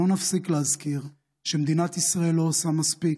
ולא נפסיק להזכיר, שמדינת ישראל לא עושה מספיק,